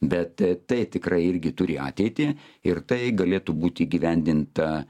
bet tai tikrai irgi turi ateitį ir tai galėtų būt įgyvendinta